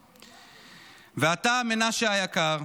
ואתה, מנשה היקר,